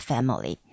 Family